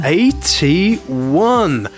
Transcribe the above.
eighty-one